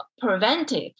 preventive